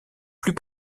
plus